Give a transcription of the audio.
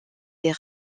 des